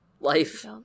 Life